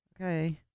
Okay